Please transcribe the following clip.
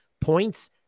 points